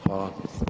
Hvala.